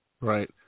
Right